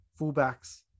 fullbacks